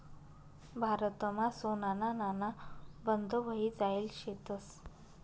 भारतमा सोनाना नाणा बंद व्हयी जायेल शेतंस